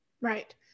Right